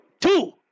Two